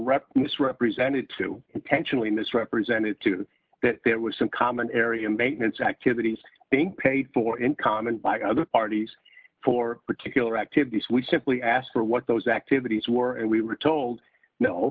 ready misrepresented to intentionally misrepresented to that there was some common area maintenance activities bank paid for in common by other parties for particular activities we simply asked for what those activities were and we were told no